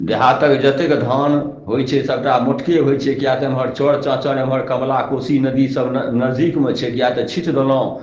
देहातक जतेक धान होइ छै सबटा मोटके होइ छै किए तऽ एमहर चौर चाँचर एमहर कमला कोशी नदी सब नज नजदीकमे छै बिया तऽ छिट देलहुॅं